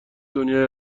دنیای